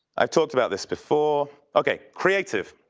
i've talked about this before. okay, creative.